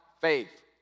faith